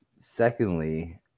secondly